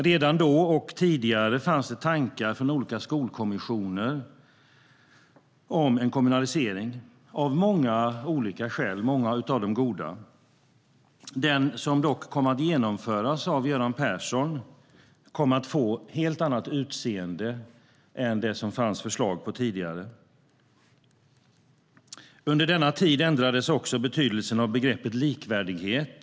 Redan då och tidigare fanns tankar från olika skolkommissioner om en kommunalisering - av många olika skäl, åtskilliga av dem goda. Den kommunalisering som kom att genomföras av Göran Persson kom dock att få ett helt annat utseende än de förslag som fanns tidigare. Under denna tid ändrades också betydelsen av begreppet "likvärdighet".